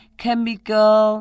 chemical